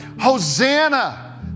Hosanna